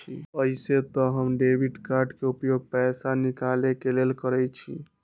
अइसे तऽ हम डेबिट कार्ड के उपयोग पैसा निकाले के लेल करइछि